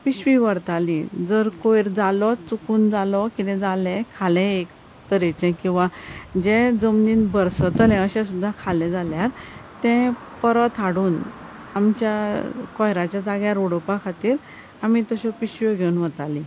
पिशवी व्हरताली जर कोयर जालोच चुकून जालो किदें जालें खालें एक तरेचें किंवां जें जमनीन भरसतलें अशें सुद्दां खालें जाल्यार तें परत हाडून आमच्या कोयराच्या जाग्यार उडोवपा खातीर आमी तश्यो पिशव्यो घेवन वतालीं